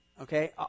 Okay